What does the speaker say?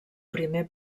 primer